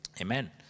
Amen